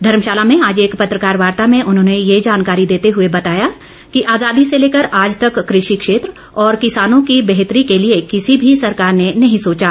धर्मशाला में आज एक पत्रकार वार्ता में उन्होंने ये जानकारी देते हुए बताया कि आजादी से लेकर आज तक कृषि क्षेत्र और किसानों की बेहतरी के लिए किसी भी सरकार ने नहीं सोचा